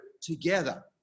together